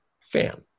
fan